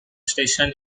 station